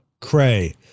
cray